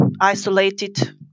isolated